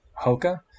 Hoka